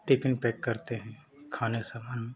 tiffin pack करते हैं खाने का सामान